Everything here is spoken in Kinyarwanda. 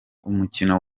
umukino